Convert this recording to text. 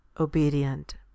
obedient